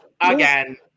again